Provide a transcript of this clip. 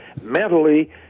Mentally